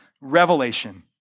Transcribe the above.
Revelation